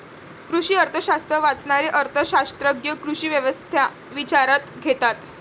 कृषी अर्थशास्त्र वाचणारे अर्थ शास्त्रज्ञ कृषी व्यवस्था विचारात घेतात